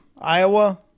Iowa